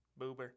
Boober